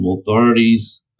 authorities